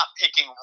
picking